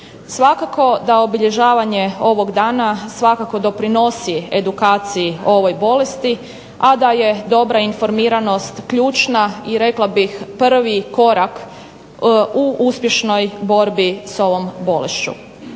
Svakako da obilježavanje ovog dana svakako doprinosi edukaciji ovoj bolesti, a da je dobra informiranost ključna i rekla bih prvi korak u uspješnoj borbi s ovom bolešću.